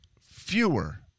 fewer